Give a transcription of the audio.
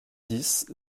dix